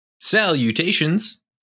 Salutations